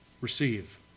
receive